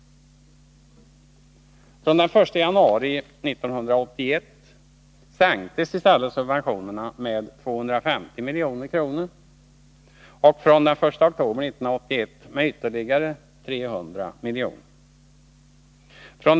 Onsdagen den Den 1 januari 1981 sänktes i stället subventionerna med 250 milj.kr. och 18 november 1981 den 1 oktober 1981 med ytterligare 300 milj.kr.